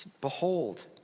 Behold